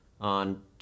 on